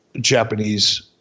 Japanese